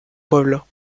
pueblo